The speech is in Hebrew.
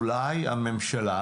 אולי הממשלה